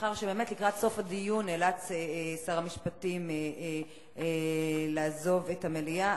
מאחר שלקראת סוף הדיון נאלץ שר המשפטים לעזוב את המליאה,